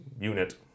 unit